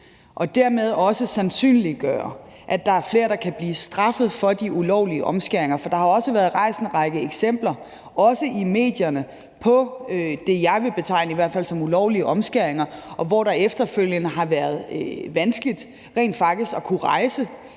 og dermed også sandsynliggøre, at der er flere, der kan blive straffet for de ulovlige omskæringer. For der har også været rejst en række eksempler, også i medierne, på det, som jeg i hvert fald vil betegne som ulovlige omskæringer, hvor det efterfølgende har været vanskeligt rent faktisk at kunne rejse